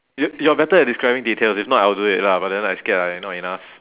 you you're better at describing details if not I will do it lah but then I scared I not enough